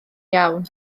iawn